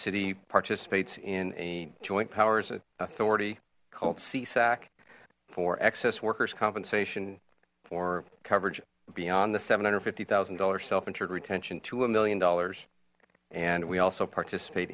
city participates in a joint powers authority called sesac for excess workers compensation for coverage beyond the seven hundred and fifty thousand dollars self insured retention to a million dollars we also participate